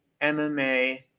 MMA